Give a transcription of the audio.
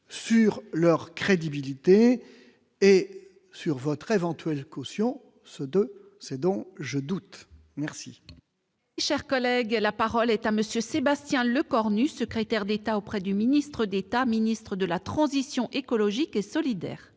sur leur crédibilité et sur votre éventuelle caution- dont je doute ?